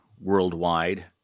worldwide